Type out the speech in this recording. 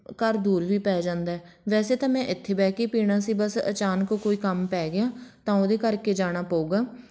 ਘਰ ਦੂਰ ਵੀ ਪੈ ਜਾਂਦਾ ਵੈਸੇ ਤਾਂ ਮੈਂ ਇੱਥੇ ਬਹਿ ਕੇ ਪੀਣਾ ਸੀ ਬਸ ਅਚਾਨਕ ਕੋਈ ਕੰਮ ਪੈ ਗਿਆ ਤਾਂ ਉਹਦੇ ਕਰਕੇ ਜਾਣਾ ਪਊਗਾ